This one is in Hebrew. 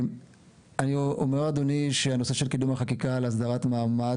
אני אומר אדוני שהנושא של קידום החקיקה על הסדרת מעמד